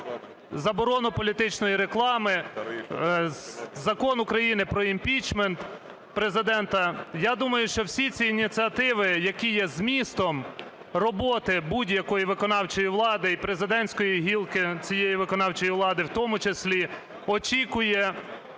заборону політичної реклами, Закон України про імпічмент Президента. Я думаю, що всі ці ініціативи, які є змістом роботи будь-якої виконавчої влади, і президентської гілки цієї виконавчої влади в тому числі, очікує